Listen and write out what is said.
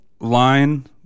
line